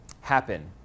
happen